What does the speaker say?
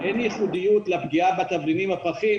אין ייחודיות לפגיעה בתבלינים ובפרחים